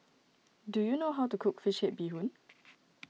do you know how to cook Fish Head Bee Hoon